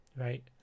right